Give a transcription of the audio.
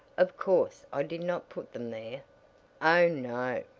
of course i did not put them there oh, no!